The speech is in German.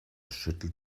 schüttelt